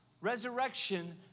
Resurrection